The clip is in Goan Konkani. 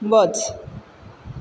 वच